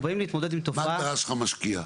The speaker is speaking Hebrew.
מה ההגדרה שלך "משקיע"?